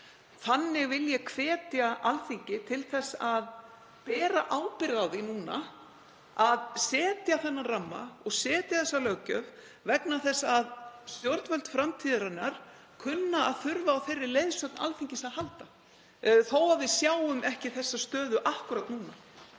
Ég vil hvetja Alþingi til þess að bera ábyrgð á því núna að setja þennan ramma og setja þessa löggjöf vegna þess að stjórnvöld framtíðarinnar kunna að þurfa á þeirri leiðsögn Alþingis að halda, þó að við sjáum ekki þá stöðu akkúrat núna.